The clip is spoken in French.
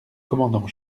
commandant